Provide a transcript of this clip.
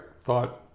thought